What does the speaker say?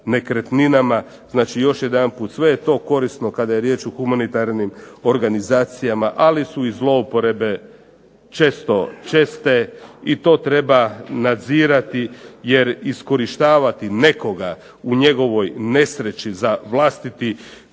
nekretninama. Znači još jedanput sve je to korisno kada je riječ o humanitarnim organizacijama, ali su i zloupotrebe često česte i to treba nadzirati jer iskorištavati nekoga u njegovoj nesreći za vlastito